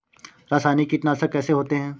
रासायनिक कीटनाशक कैसे होते हैं?